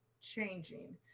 changing